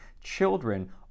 Children